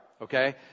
okay